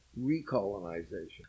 recolonization